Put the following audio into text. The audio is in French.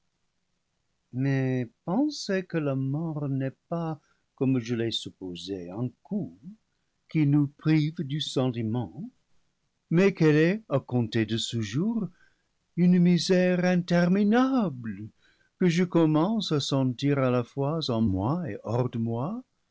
mais penser que la mort n'est pas comme je l'ai supposé un coup qui nous prive du sentiment mais qu'elle est à comp ter de ce jour une misère interminable que je commence à sentir à la fois en moi et hors de moi